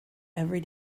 every